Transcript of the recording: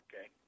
okay